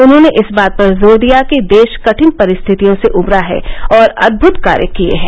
उन्होंने इस बात पर जोर दिया कि देश कठिन परिस्थितियों से उबरा है और अद्भुत कार्य किये हैं